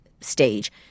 stage